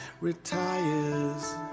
retires